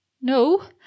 no